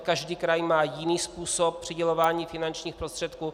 Každý kraj má jiný způsob přidělování finančních prostředků.